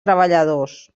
treballadors